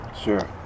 Sure